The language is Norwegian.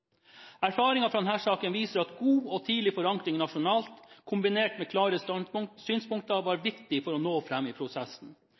fra denne saken viser at god og tidlig forankring nasjonalt, kombinert med klare synspunkter, var